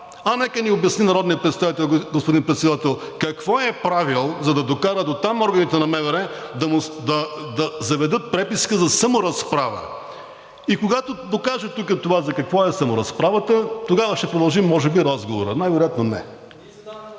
представител, господин Председател, какво е правил, за да докара дотам органите на МВР да заведат преписка за саморазправа?! И когато докаже тук това за какво е саморазправата, тогава ще продължим може би разговора. Най-вероятно – не.